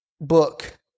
book